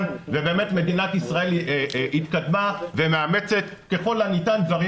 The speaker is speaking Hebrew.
ובאמת מדינת ישראל התקדמה ומאמצת ככל הניתן דברים,